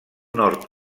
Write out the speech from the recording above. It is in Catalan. nord